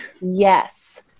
Yes